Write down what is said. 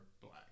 black